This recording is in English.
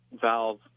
Valve